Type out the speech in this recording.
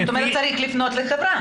זאת אומרת, צריך לפנות לחברה.